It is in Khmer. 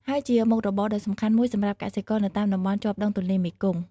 ហើយជាមុខរបរដ៏សំខាន់មួយសម្រាប់កសិករនៅតាមតំបន់ជាប់ដងទន្លេមេគង្គ។